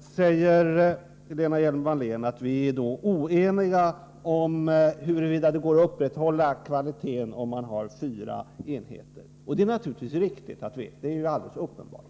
sätt. Lena Hjelm-Wallén säger att vi är oense om huruvida det går att upprätthålla kvaliteten med fyra enheter, och det är naturligtvis riktigt och helt uppenbart.